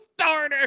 starter